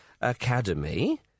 academy